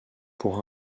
pour